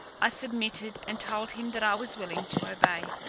i submitted, and told him that i was willing to obey.